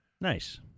Nice